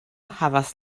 havas